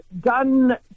done